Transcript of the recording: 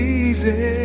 easy